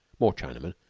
more chinamen,